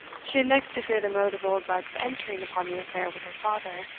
she had next to fear the mode of oldbuck's entering upon the affair with her father,